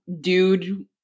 dude